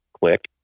Click